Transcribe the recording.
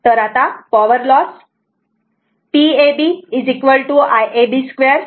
तर आता power loss Pab Iab 2 Rab आहे